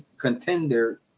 contender